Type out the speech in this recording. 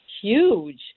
huge